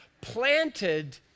planted